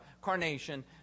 carnation